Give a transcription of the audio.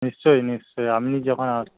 নিশ্চয়ই নিশ্চয়ই আপনি যখন